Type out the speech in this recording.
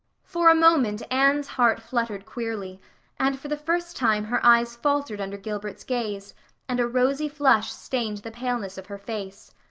for a moment anne's heart fluttered queerly and for the first time her eyes faltered under gilbert's gaze and a rosy flush stained the paleness of her face.